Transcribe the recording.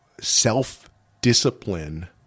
self-discipline